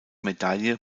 medaille